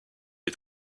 est